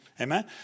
Amen